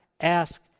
ask